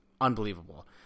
unbelievable